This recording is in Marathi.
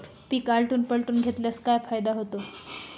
पीक आलटून पालटून घेतल्यास काय फायदा होतो?